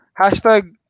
hashtag